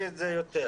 חדדי את זה יותר.